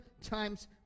times